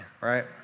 right